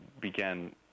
began